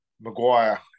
Maguire